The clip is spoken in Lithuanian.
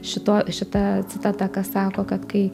šito šita citata ką sako kad kai